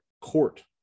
court